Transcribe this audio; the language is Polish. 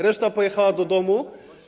Reszta pojechała do domu.